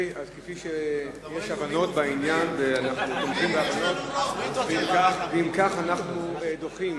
יש הבנות בעניין, ואם כך, אנחנו דוחים